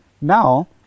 Now